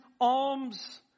alms